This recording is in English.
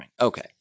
Okay